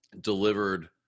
delivered